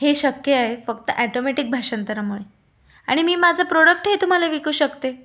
हे शक्य आहे फक्त ॲटोमॅटिक भाषांतरामुळे आणि मी माझं प्रोडक्टही तुम्हाला विकू शकते